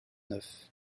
neuf